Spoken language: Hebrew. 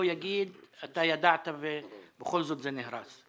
יגיד שהוא ידע ובכל זאת המבנה נהרס.